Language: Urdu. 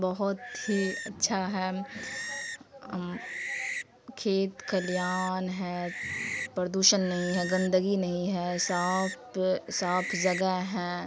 بہت ہی اچھا ہے کھیت کھلیان ہے پردوشن نہیں ہے گندگی نہیں ہے صاف صاف جگہ ہیں